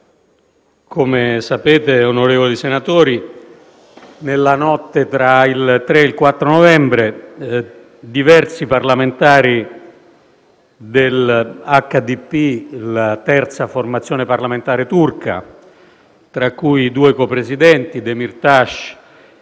come gli onorevoli senatori sanno, nella notte tra il 3 e il 4 novembre diversi parlamentari dell'HDP, la terza formazione parlamentare turca, tra cui i due copresidenti Demirtas